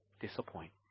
disappoint